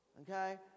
okay